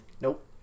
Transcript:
Nope